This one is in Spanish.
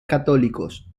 católicos